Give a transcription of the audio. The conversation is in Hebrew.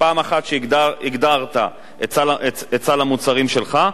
פעם אחת הגדרת את סל המוצרים שלך,